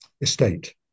estate